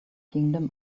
kingdom